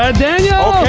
ah daniel!